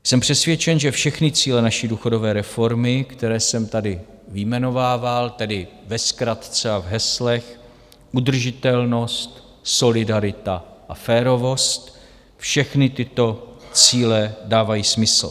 Jsem přesvědčen, že všechny cíle naší důchodové reformy, které jsem tady vyjmenovával, tedy ve zkratce a v heslech udržitelnost, solidarita a férovost, všechny tyto cíle dávají smysl.